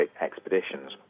expeditions